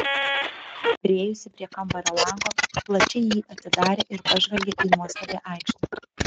priėjusi prie kambario lango plačiai jį atidarė ir pažvelgė į nuostabią aikštę